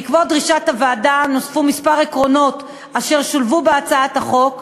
בעקבות דרישת הוועדה נוספו כמה עקרונות אשר שולבו בהצעת החוק.